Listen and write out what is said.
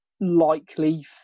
likely